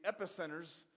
epicenters